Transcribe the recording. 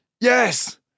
Yes